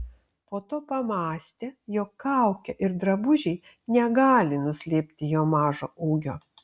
po to pamąstė jog kaukė ir drabužiai negali nuslėpti jo mažo ūgio